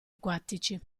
acquatici